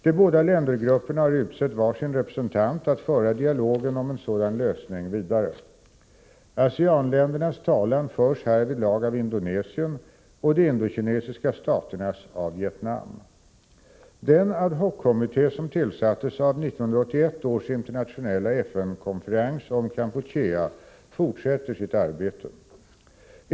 De båda ländergrupperna har utsett var sin representant att föra dialogen om en sådan lösning vidare. ASEAN-ländernas talan förs härvidlag av Indonesien och de indokinesiska staternas av Vietnam. Den ad hockommitté som tillsattes av 1981 års internationella FN-konferens om Kampuchea fortsätter sitt arbete.